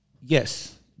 Yes